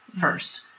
first